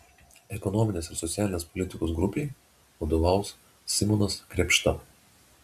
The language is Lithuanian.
ekonominės ir socialinės politikos grupei vadovaus simonas krėpšta